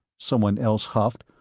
someone else huffed.